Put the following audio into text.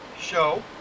show